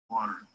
water